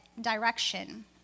direction